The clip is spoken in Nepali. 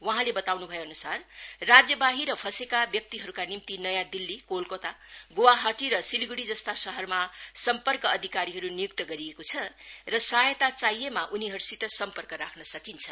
वहाँले बताउन् भएअनुसार राज्य बाहिर फँसेका व्यक्तिहरूका निम्ति नयाँ दिल्ली कोलकत्ता ग्वाहटी र सिलीग्डीजस्ता शहरमा सम्पर्क अधिकारीहरू निय्क्त गरिएको छ र सहायता चाहिएमा उनीहरूसित सम्पर्क राख्न सकिन्छ